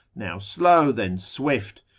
now slow, then swift,